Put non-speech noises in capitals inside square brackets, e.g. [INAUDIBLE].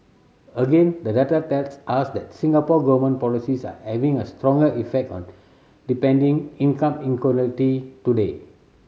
again the data tells us that Singapore Government policies are having a stronger effect on depending income [UNINTELLIGIBLE] today